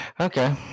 okay